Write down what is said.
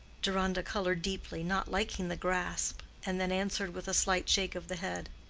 deronda colored deeply, not liking the grasp, and then answered with a slight shake of the head,